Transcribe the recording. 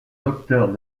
docteur